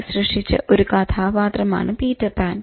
Barry സൃഷ്ടിച്ച ഒരു കഥാപാത്രമാണ് പീറ്റർ പാൻ